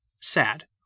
Sad